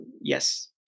yes